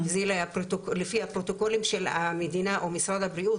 זה לפי הפרוטוקולים של המדינה או משרד הבריאות,